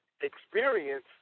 experience